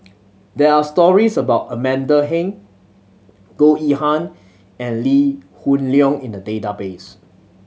there are stories about Amanda Heng Goh Yihan and Lee Hoon Leong in the database